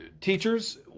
teachers